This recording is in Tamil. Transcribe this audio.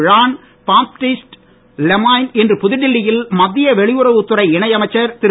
ழான் பாப்டீஸ்ட் லெமாய்ன் இன்று புதுடில்லி யில் மத்திய வெளியுறவுத் துறை இணை அமைச்சர் திரு